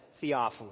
Theophilus